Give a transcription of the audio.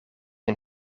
een